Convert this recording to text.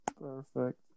Perfect